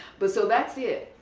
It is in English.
but so that's it.